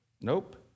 nope